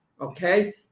okay